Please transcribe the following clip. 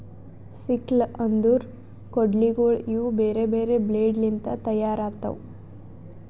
sickle ಅಂದುರ್ ಕೊಡ್ಲಿಗೋಳ್ ಇವು ಬೇರೆ ಬೇರೆ ಬ್ಲೇಡ್ ಲಿಂತ್ ತೈಯಾರ್ ಆತವ್